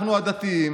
אנחנו, הדתיים,